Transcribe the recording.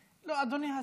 לא, אדוני השר,